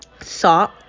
salt